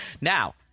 Now